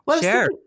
share